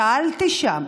שאלתי שם